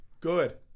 Good